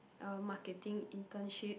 uh marketing internship